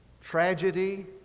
tragedy